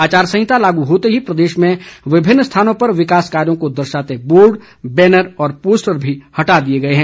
आचार संहिता लागू होते ही प्रदेश में विभिन्न स्थानों पर विकास कार्यों को दर्शाते बोर्ड बैनर और पोस्टर भी हटा दिए गए हैं